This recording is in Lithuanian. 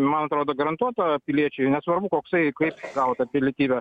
man atrodo garantuota piliečiui nesvarbu koksai kaip gavo tą pilietybę